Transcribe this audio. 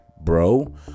bro